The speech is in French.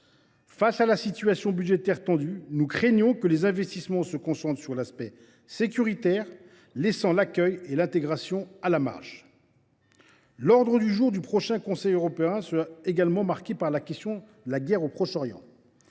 Face à la situation budgétaire tendue, nous craignons que les investissements se concentrent sur l’aspect sécuritaire, laissant l’accueil et l’intégration à la marge. L’ordre du jour du prochain Conseil européen sera également marqué par la question de la guerre au Proche Orient.